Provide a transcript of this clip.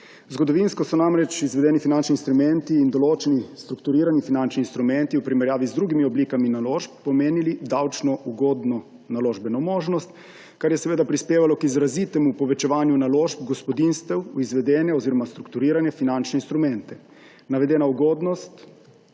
Zgodovinsko so namreč izvedeni finančni instrumenti in določeni strukturirani finančni instrumenti v primerjavi z drugimi oblikami naložb pomenili davčno ugodno naložbeno možnost, kar je seveda prispevalo k izrazitemu povečevanju naložb gospodinjstev v izvedene oziroma strukturirane finančne instrumente. Navedena ugodnost